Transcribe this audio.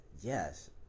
yes